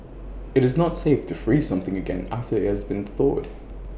IT is not safe to freeze something again after IT has thawed